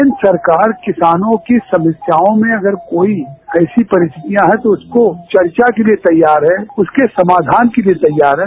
केन्द्र सरकार किसानों की समस्याओं में अगर कोई ऐसी परिस्थितियां है तो उसको चर्चा के लिये तैयार है उसके समाधान के लिये तैयार है